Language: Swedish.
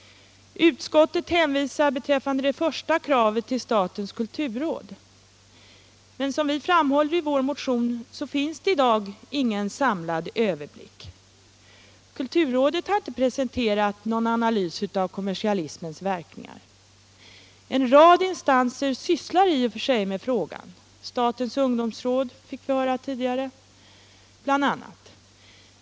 Utskottet hänvisar beträffande det första kravet till statens kulturråd. Men som vi framhåller i vår motion så finns det i dag ingen samlad överblick. Kulturrådet har inte presenterat någon analys av kommersialismens verkningar. En rad instanser sysslar i och för sig med frågan, bl.a. statens ungdomsråd.